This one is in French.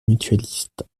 mutualistes